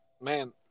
man